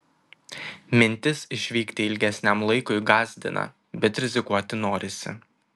mintis išvykti ilgesniam laikui gąsdina bet rizikuoti norisi